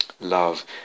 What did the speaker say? love